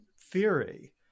theory